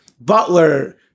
Butler